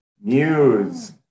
Muse